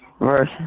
verse